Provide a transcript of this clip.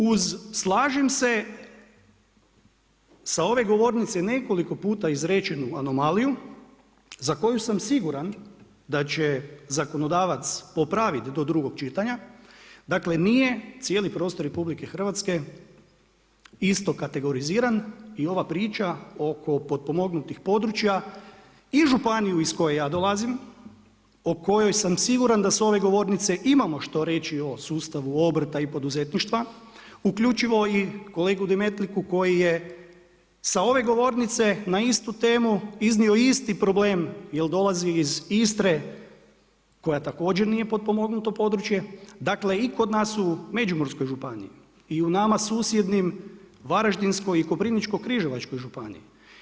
Uz slažem se sa ove govornice nekoliko puta izrečenu anomaliju za koju sam siguran da će zakonodavac popraviti do drugog čitanja, dakle nije cijeli prostor RH isto kategoriziran i ova priča oko potpomognutih područja i županiju iz koje ja dolazim, o kojoj sam siguran da sa ove govornice imamo što reći o sustavu obrta i poduzetništva, uključivo i kolegu Demetliku koji je sa ove govornice na istu temu iznio isti problem jer dolazi iz Istre koja također nije potpomognuto područje, dakle i kod nas u Međimurskoj županiji i u nama susjednoj Varaždinskoj i Koprivničko-križevačkoj županiji.